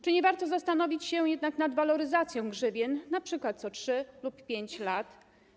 Czy nie warto zastanowić się jednak nad waloryzacją grzywien, np. co 3 lata lub 5 lat?